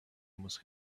must